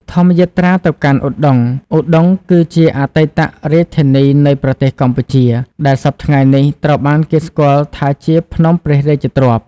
ធម្មយាត្រាទៅកាន់ឧដុង្គ ឧដុង្គគឺជាអតីតរាជធានីនៃប្រទេសកម្ពុជា ដែលសព្វថ្ងៃនេះត្រូវបានគេស្គាល់ថាជា ភ្នំព្រះរាជទ្រព្យ។